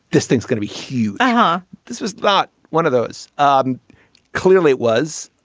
this thing's gonna be huge, huh? this was not one of those. um clearly it was.